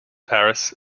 paris